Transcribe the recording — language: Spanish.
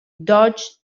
dodge